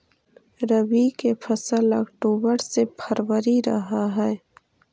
रब्बी के मौसम अक्टूबर से फ़रवरी रह हे